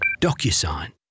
DocuSign